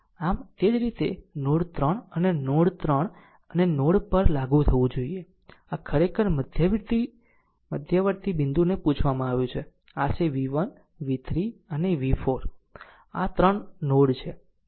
આમ તે જ રીતે નોડ 3 અને નોડ 3 અને નોડ પર લાગુ થવું જોઈએ આ ખરેખર મધ્યવર્તી બિંદુને પૂછવામાં આવ્યું છે આ છે v1 v3 અને v4 આ 3 નોડ છે